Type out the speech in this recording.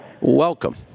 Welcome